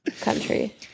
country